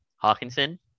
Hawkinson